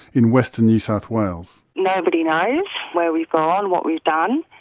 in western new south wales. nobody knows where we've gone, what we've done.